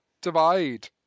divide